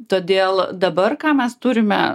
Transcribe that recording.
todėl dabar ką mes turime